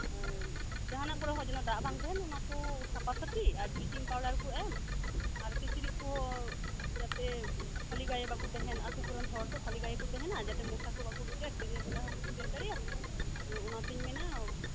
ᱡᱟᱦᱟᱱᱟᱜ ᱠᱚᱨᱮᱦᱚᱸ ᱡᱮᱱᱚ ᱫᱟᱜ ᱵᱟᱝᱛᱟᱦᱮᱱ ᱚᱱᱟᱠᱩ ᱥᱟᱯᱟ ᱥᱟᱹᱯᱷᱤ ᱵᱞᱤᱪᱤᱝ ᱯᱟᱣᱰᱟᱨᱠᱩ ᱮᱢ ᱟᱨ ᱠᱤᱪᱨᱤᱡ ᱠᱚᱦᱚᱸ ᱡᱟᱛᱮ ᱠᱷᱟᱹᱞᱤ ᱜᱟᱭᱮ ᱵᱟᱠᱩ ᱛᱟᱦᱮᱱ ᱟᱛᱳ ᱠᱚᱨᱮᱱ ᱦᱚᱲ ᱛᱚ ᱠᱷᱟᱞᱤ ᱜᱟᱭᱮ ᱠᱩ ᱛᱟᱦᱮᱱᱟ ᱡᱟᱛᱮ ᱢᱚᱥᱟᱠᱩ ᱵᱟᱠᱩ ᱜᱮᱜᱮᱨ ᱫᱤᱱᱮᱨ ᱵᱮᱞᱟ ᱦᱚᱛᱚᱠᱩ ᱜᱮᱨᱫᱟᱲᱤᱭᱟᱜ ᱛᱚ ᱚᱱᱟᱛᱮᱧ ᱢᱮᱱᱟ